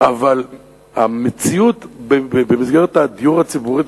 אבל המציאות במסגרת הדיור הציבורי,